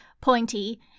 pointy